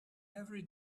every